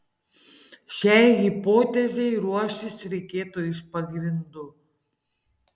šiai hipotezei ruoštis reikėtų iš pagrindų